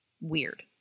weird